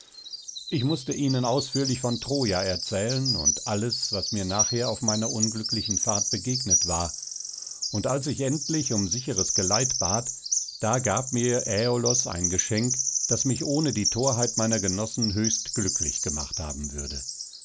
ich mußte ihnen ausführlich von troja erzählen und alles was mir nachher auf meiner unglücklichen fahrt begegnet war und als ich endlich um sicheres geleit bat da gab mir äolos ein geschenk das mich ohne die thorheit meiner genossen höchst glücklich gemacht haben würde